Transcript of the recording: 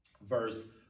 verse